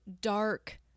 dark